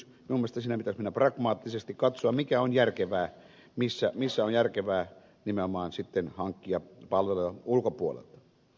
minun mielestäni siinä pitäisi mennä pragmaattisesti katsoa mikä on järkevää ja missä on järkevää nimenomaan hankkia palveluja ulkopuolelta